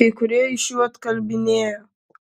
kai kurie iš jų atkalbinėjo